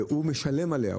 והוא משלם עליה.